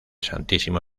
santísimo